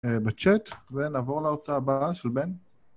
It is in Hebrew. בצ'אט, ונעבור להרצאה הבאה של בן.